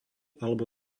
alebo